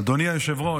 אדוני היושב-ראש,